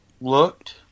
looked